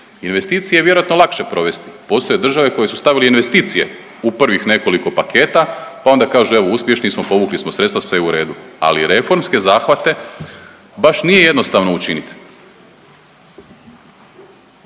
Investicije je vjerojatno lakše provesti, postoje države koje su stavile investicije u prvih nekoliko paketa pa onda kažu evo uspješni smo, povukli smo sredstva sve u redu, ali reformske zahvate baš nije jednostavno učiniti.